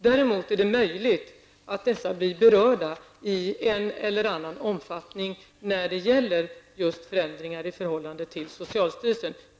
Däremot kommer dessa enheter att mer eller mindre bli berörda när det gäller just förändringar i förhållande till socialstyrelsen.